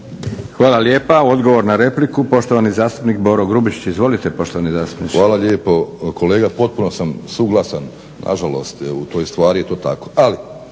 Hvala lijepa. Odgovor na repliku, poštovani zastupnik Boro Grubišić. Izvolite poštovani zastupniče. **Grubišić, Boro (HDSSB)** Hvala lijepo. Kolega, potpuno sam suglasan, nažalost u toj stvari je to tako.